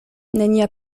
nenia